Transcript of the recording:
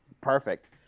perfect